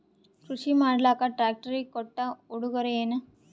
ಕೃಷಿ ಮಾಡಲಾಕ ಟ್ರಾಕ್ಟರಿ ಕೊಟ್ಟ ಉಡುಗೊರೆಯೇನ?